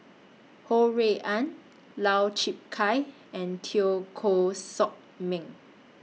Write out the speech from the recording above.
Ho Rui An Lau Chiap Khai and Teo Koh Sock Miang